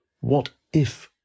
What-if